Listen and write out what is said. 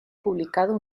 publicado